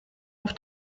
auf